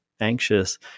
anxious